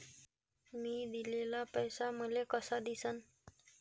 मी दिलेला पैसा मले कसा दिसन?